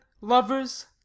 lovers